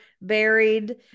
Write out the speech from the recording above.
buried